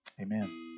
Amen